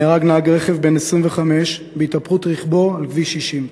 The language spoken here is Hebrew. נהרג נהג רכב בן 25 בהתהפכות רכבו בכביש 90,